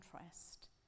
interest